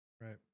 Right